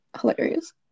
hilarious